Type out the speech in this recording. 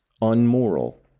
unmoral